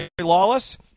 lawless